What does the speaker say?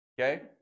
Okay